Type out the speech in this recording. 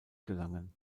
gelangen